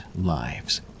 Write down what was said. lives